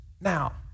Now